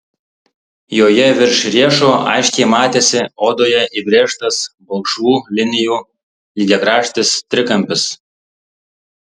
joje virš riešo aiškiai matėsi odoje įbrėžtas balkšvų linijų lygiakraštis trikampis